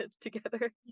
together